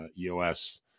EOS